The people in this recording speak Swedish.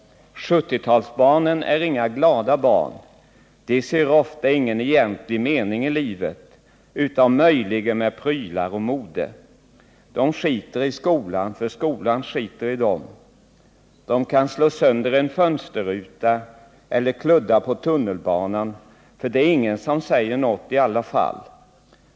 70-talsbarnen är inga glada barn. De ser ofta ingen egentlig mening i livet. Utom möjligen med prylar och mode. Dom skiter i skolan för skolan skiter i dom. Dom kan slå sönder en fönsterruta eller kludda på tunnelbanan — för det är ingen som säger något i alla fall.